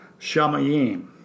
shamayim